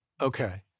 Okay